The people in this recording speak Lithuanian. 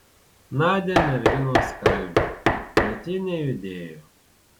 nadią merginos kalbino bet ji nejudėjo